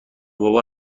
بابا